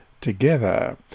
together